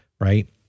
Right